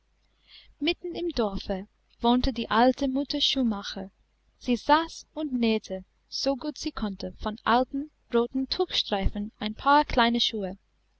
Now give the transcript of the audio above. mitten im dorfe wohnte die alte mutter schuhmacher sie saß und nähte so gut sie konnte von alten roten tuchstreifen ein paar kleine schuhe